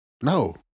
No